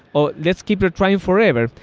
or let's keep retrying forever.